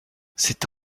c’est